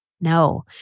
no